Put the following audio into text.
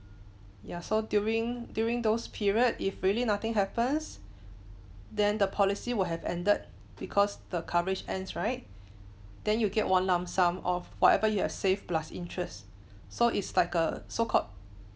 ya so during during those period if really nothing happens then the policy will have ended because the coverage ends right then you get one lump sum of whatever you have save plus interest so it's like a so called